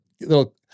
little